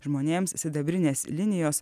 žmonėms sidabrinės linijos